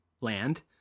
land